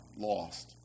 lost